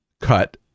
cut